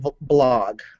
blog